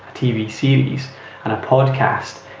tv series and a podcast.